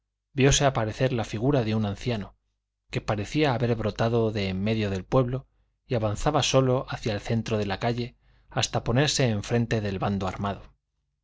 vióse aparecer la figura de un anciano que parecía haber brotado de en medio del pueblo y avanzaba solo hacia el centro de la calle hasta ponerse enfrente del bando armado